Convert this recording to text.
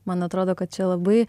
man atrodo kad čia labai